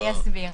אני אסביר: